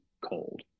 cold